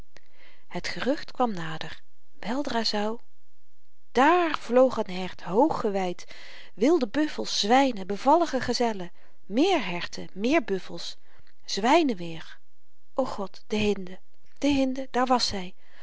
het gerucht kwam nader weldra zou daar vloog een hert hooggeweid wilde buffels zwynen bevallige gazellen méér herten méér buffels zwynen weer o god de hinde de hinde daar was zy